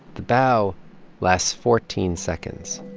the bow lasts fourteen seconds